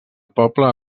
poble